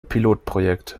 pilotprojekt